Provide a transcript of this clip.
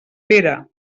pere